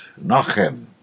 nachem